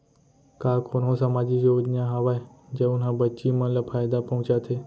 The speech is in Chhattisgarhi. का कोनहो सामाजिक योजना हावय जऊन हा बच्ची मन ला फायेदा पहुचाथे?